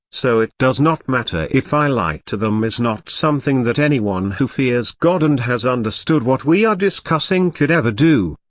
so it does not matter if i lie to them is not something that anyone who fears god and has understood what we are discussing could ever do.